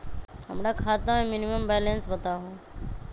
हमरा खाता में मिनिमम बैलेंस बताहु?